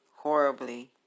horribly